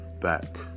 back